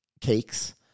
cakes